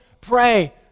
Pray